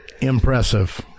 impressive